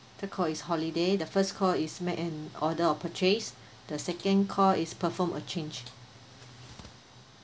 third call is holiday the first call is make an order of purchase the second call is performed a change